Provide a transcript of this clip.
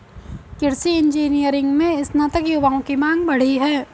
कृषि इंजीनियरिंग में स्नातक युवाओं की मांग बढ़ी है